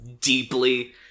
deeply